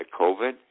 COVID